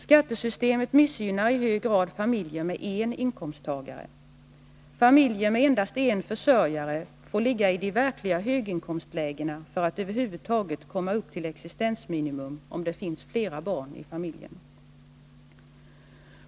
Skattesystemet missgynnar i hög grad familjer med en inkomsttagare. Familjer med endast en försörjare får ligga i de verkliga höginkomstlägena för att över huvud taget komma upp till existensminimum, om det finns flera barn i familjen.